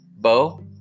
Bo